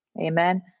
Amen